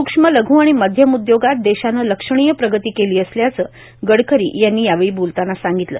स्क्ष्म लघ् आणि मध्यम उद्योगात देशानं लक्षणिय प्रगती केली असल्याचं गडकरी यांनी यावेळी बोलताना सांगितलं